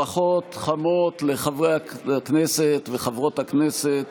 ברכות חמות לחברי הכנסת וחברות הכנסת